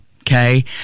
okay